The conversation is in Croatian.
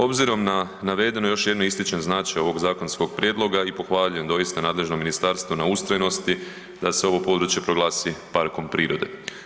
Obzirom na navedeno još jednom ističem značaj ovog zakonskog prijedloga i pohvaljujem doista nadležno ministarstvo na ustrajnosti da se ovo područje proglasi parkom prirode.